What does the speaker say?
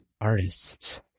artist